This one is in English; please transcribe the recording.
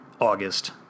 August